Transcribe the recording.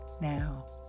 now